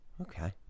Okay